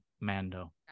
mando